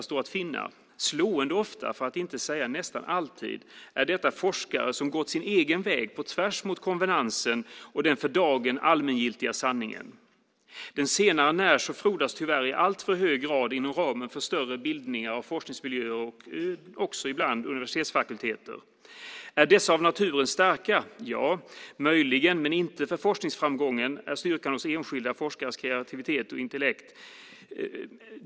Slående ofta, för att inte säga nästan alltid, är detta forskare som gått sin egen väg, på tvärs mot konvenansen och den för dagen allmängiltiga sanningen. Den senare frodas tyvärr i alltför hög grad inom ramen för större bildningar av forskningsmiljöer och också ibland på universitetsfakulteter. Är dessa av naturen starka? Ja, möjligen, men inte när det gäller forskningsframgången eller styrkan hos enskilda forskares kreativitet och intellekt.